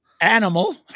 Animal